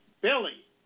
Billy